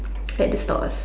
at the stores